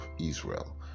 Israel